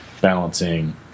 balancing